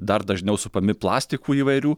dar dažniau supami plastikų įvairių